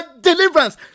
deliverance